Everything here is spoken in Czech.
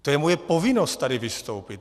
To je moje povinnost tady vystoupit.